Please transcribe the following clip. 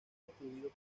destruido